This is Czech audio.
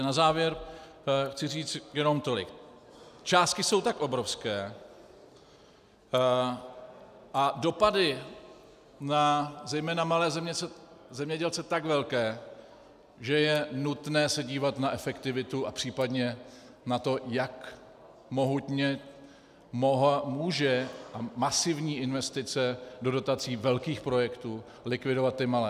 Na závěr chci říci jenom tolik částky jsou tak obrovské a dopady zejména na malé zemědělce tak velké, že je nutné se dívat na efektivitu a případně na to, jak mohutně může masivní investice do dotací velkých projektů likvidovat ty malé.